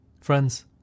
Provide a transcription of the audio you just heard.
Friends